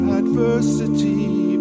adversity